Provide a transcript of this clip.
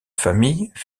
familles